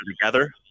together